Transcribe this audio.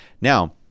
Now